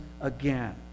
again